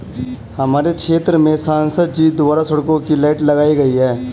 हमारे क्षेत्र में संसद जी द्वारा सड़कों के लाइट लगाई गई